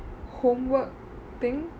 homework thing